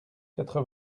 quatre